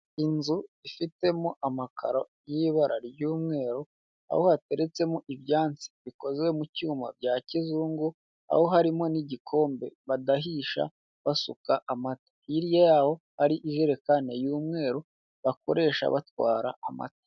Inzu ifitemo amakaro y'ibara ry'umweru aho hateretsemo ibyansi bikoze mucyuma bya kizungu aho harimo n'igikombe badahisha basuka amata, hirya yaho hari ijerekani y'umweru bakoresha batwara amata.